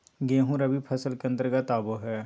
गेंहूँ रबी फसल के अंतर्गत आबो हय